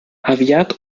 aviat